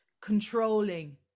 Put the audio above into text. controlling